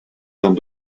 dans